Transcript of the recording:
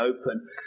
open